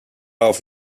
off